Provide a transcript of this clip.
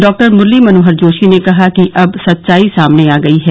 doctor Murli Manohar Joshi ने कहा कि अब सच्चाई सामने आ गई है